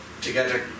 together